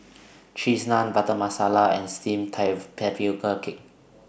Cheese Naan Butter Masala and Steamed Cake